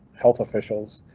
health officials,